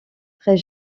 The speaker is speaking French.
très